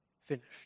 finished